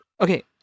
okay